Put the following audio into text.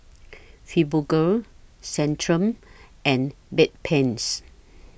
Fibogel Centrum and Bedpans